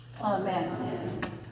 Amen